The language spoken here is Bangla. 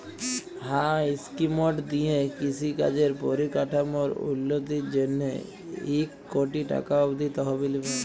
হাঁ ইস্কিমট দিঁয়ে কিষি কাজের পরিকাঠামোর উল্ল্যতির জ্যনহে ইক কটি টাকা অব্দি তহবিল পায়